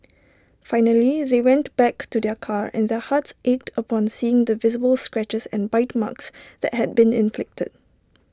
finally they went back to their car and their hearts ached upon seeing the visible scratches and bite marks that had been inflicted